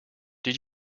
did